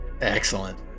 Excellent